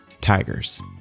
Tigers